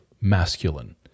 masculine